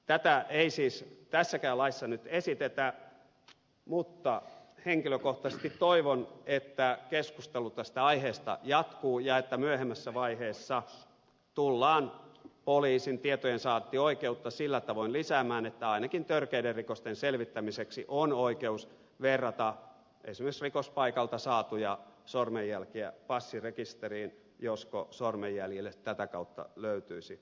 tätä ei siis tässäkään laissa nyt esitetä mutta henkilökohtaisesti toivon että keskustelu tästä aiheesta jatkuu ja että myöhemmässä vaiheessa tullaan poliisin tietojensaantioikeutta sillä tavoin lisäämään että ainakin törkeiden rikosten selvittämiseksi on oikeus verrata esimerkiksi rikospaikalta saatuja sormenjälkiä passirekisteriin josko sormenjäljille tätä kautta löytyisi haltija